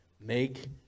make